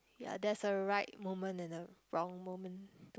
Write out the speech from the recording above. ya there's a right moment and a wrong moment